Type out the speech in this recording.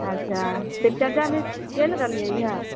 अच्छा शिव चर्चामे गेल रहलियैए